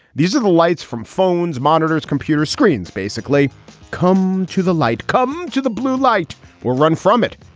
these are the lights from phones, monitors, computer screens. basically come to the light, come to the blue light will run from it.